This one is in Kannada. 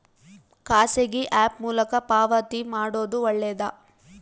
ಖಾಸಗಿ ಆ್ಯಪ್ ಮೂಲಕ ಪಾವತಿ ಮಾಡೋದು ಒಳ್ಳೆದಾ?